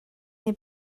neu